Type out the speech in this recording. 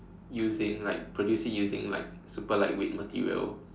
using like produce it using like super lightweight material